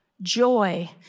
joy